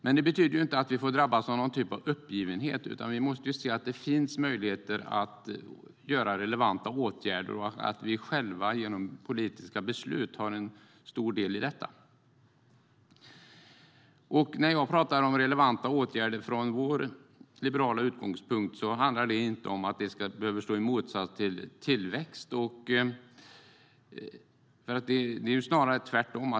Men det betyder inte att vi får drabbas av uppgivenhet, utan vi måste se att det finns möjligheter att göra relevanta åtgärder och att vi själva genom politiska beslut har en stor del i det. När jag talar om relevanta åtgärder utifrån vår liberala utgångspunkt behöver dessa inte stå i motsats till tillväxt, snarare tvärtom.